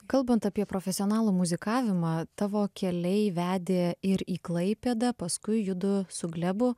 kalbant apie profesionalų muzikavimą tavo keliai vedė ir į klaipėdą paskui judu su glebu